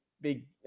big